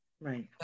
right